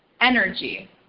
Energy